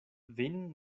vin